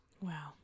Wow